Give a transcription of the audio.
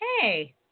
Hey